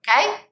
Okay